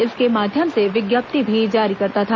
इसके माध्यम से विज्ञत्ति भी जारी करता था